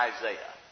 Isaiah